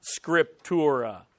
Scriptura